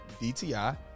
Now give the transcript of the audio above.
DTI